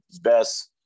best